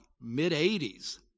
mid-80s